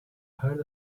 heard